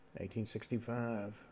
1865